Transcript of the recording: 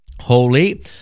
Holy